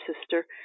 sister